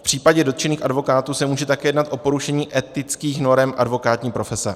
V případě dotčených advokátů se může také jednat o porušení etických norem advokátní profese.